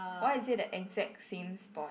why you say the exact same spot